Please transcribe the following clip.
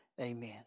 Amen